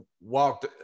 walked